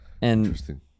Interesting